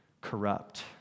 corrupt